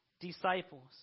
disciples